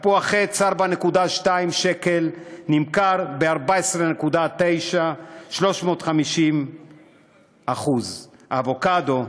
תפוח עץ, 4.20 שקל, נמכר ב-14.90, 350%; אבוקדו,